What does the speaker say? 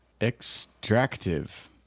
Extractive